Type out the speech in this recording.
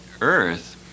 Earth